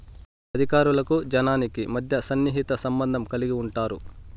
అధికారులకు జనాలకి మధ్య సన్నిహిత సంబంధం కలిగి ఉంటారు